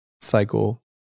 cycle